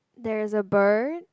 there is a bird